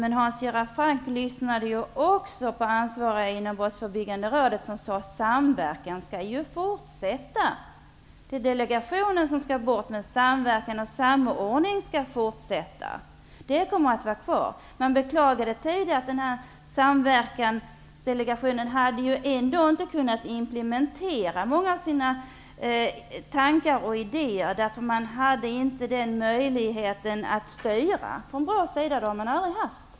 Men Hans Göran Franck lyssnade också på ansvariga inom Brottsförebyggande rådet som sade att samverkan skall fortsätta. Delegationen skall bort, men samverkan och samordningen skall fortsätta. Man beklagade tidigare att Samverkansdelegationen inte hade kunnat implementera många av sina tankar och idéer. BRÅ hade ingen möjlighet att styra. Det har BRÅ aldrig haft.